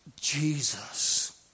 Jesus